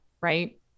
Right